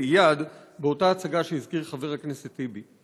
עיאד באותה הצגה שהזכיר חבר הכנסת טיבי: